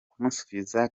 kumusubiza